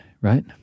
Right